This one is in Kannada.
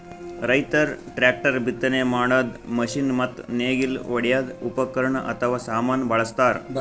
ರೈತರ್ ಟ್ರ್ಯಾಕ್ಟರ್, ಬಿತ್ತನೆ ಮಾಡದ್ದ್ ಮಷಿನ್ ಮತ್ತ್ ನೇಗಿಲ್ ಹೊಡ್ಯದ್ ಉಪಕರಣ್ ಅಥವಾ ಸಾಮಾನ್ ಬಳಸ್ತಾರ್